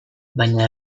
baina